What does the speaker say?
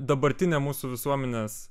dabartine mūsų visuomenės